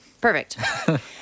perfect